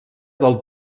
del